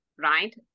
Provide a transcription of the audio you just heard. right